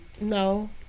No